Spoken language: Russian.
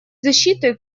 защиты